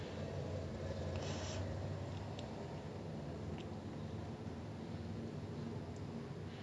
ya I honestly find that a bit like sad lah like you are spending your life next to these people might as well~ like you won't hurt to get to know them right